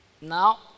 Now